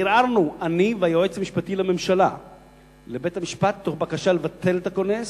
ערערנו אני והיועץ המשפטי לממשלה לבית-המשפט תוך בקשה לבטל את הכונס.